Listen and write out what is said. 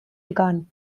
began